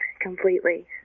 completely